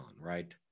right